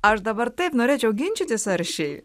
aš dabar taip norėčiau ginčytis aršiai